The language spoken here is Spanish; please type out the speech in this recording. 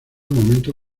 momento